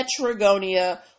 Petragonia